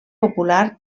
popular